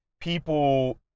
people